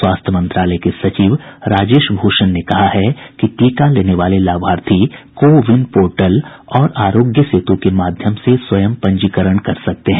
स्वास्थ्य मंत्रालय के सचिव राजेश भूषण ने कहा है कि टीका लेने वाले लाभार्थी को विन पोर्टल और आरोग्य सेतु के माध्यम से स्वयं पंजीकरण कर सकते हैं